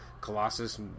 Colossus